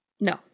No